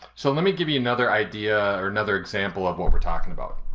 so let me give you another idea, or another example of what we're talking about.